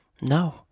no